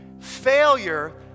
failure